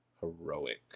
heroic